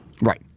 Right